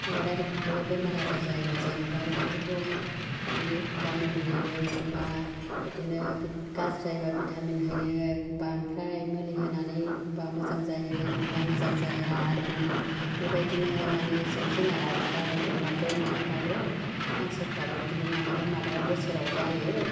आबादारिखौबो बेमार आजार जायोबा जेन'बा बेखौबोथ' मानि एखमबा मुलि होयो एखमबा इदिनो गाज्रि जायोबा भिटामिन होयो एखमबा ओमफ्राय मुलि होनानै एखम्बा मोजां जायो एखम्बा मोजां जाया आरो बिनि बेबायदिनो मानि जिब जुनाराबो दाव अमा बोरमाफ्राबो हांसोफ्राबो बिदिनो मालाबा मालाबा बोसोराव जायो